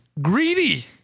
greedy